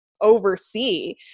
oversee